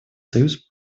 союз